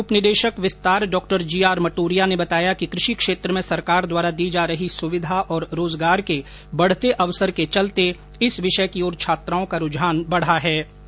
कृषि उप निदेशक विस्तार डॉक्टर जीआर मटोरिया ने बताया कि कृषि क्षेत्र में सरकार द्वारा दी जा रही सुविधा और रोजगार के बढ़ते अवसर के चलते इस विषय की ओर छात्राओं का रुझान बढ़ा है